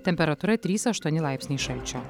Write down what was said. temperatūra trys aštuoni laipsniai šalčio